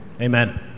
Amen